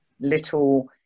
little